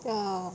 ya